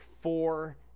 four